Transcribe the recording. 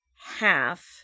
half